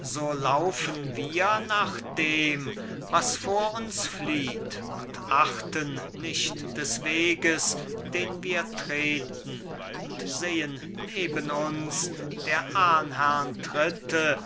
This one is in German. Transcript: so laufen wir nach dem was vor uns flieht und achten nicht des weges den wir treten und sehen neben uns der ahnherrn tritte